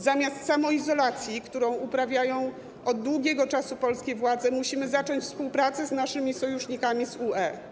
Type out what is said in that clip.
Zamiast samoizolacji, którą uprawiają od długiego czasu polskie władze, musimy zacząć współpracę z naszymi sojusznikami z UE.